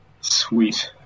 Sweet